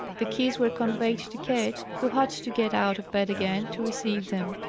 the keys were conveyed to ketch, who had to get out of bed again to receive them,